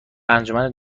انجمن